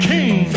King